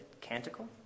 canticle